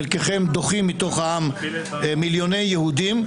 חלקכם דוחים מתוך העם מיליוני יהודים,